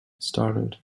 startled